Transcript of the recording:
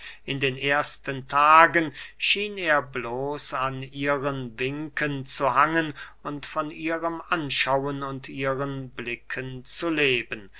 in den ersten tagen schien er bloß an ihren winken zu hangen und von ihrem anschauen und ihren blicken zu leben